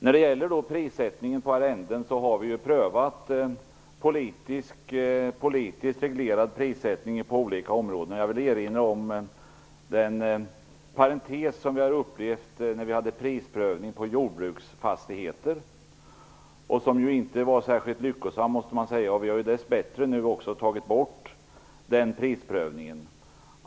När det gäller prissättningen på arrenden vill jag säga att vi har prövat politiskt reglerad prissättning på olika områden. Jag vill erinra om den parentes som vi har upplevt när vi hade prisprövning på jordbruksfastigheter. Den var inte särskilt lyckosam, måste man säga. Vi har dess bättre också tagit bort den prisprövningen.